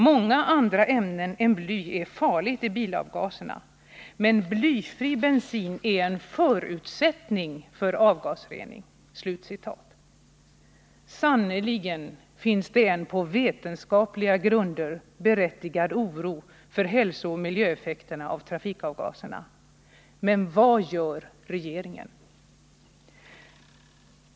Många andra ämnen än bly är farligt i bilavgaserna men blyfri bensin är en förutsättning för avgasrening.” Sannerligen finns det en på vetenskapliga grunder berättigad oro för hälsooch miljöeffekterna av trafikavgaserna. Men vad gör regeringen?